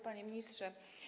Panie Ministrze!